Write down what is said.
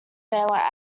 daylight